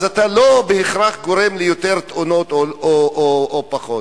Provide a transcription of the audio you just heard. אתה לא בהכרח גורם ליותר תאונות או לפחות.